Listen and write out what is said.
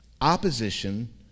opposition